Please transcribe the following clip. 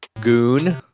Goon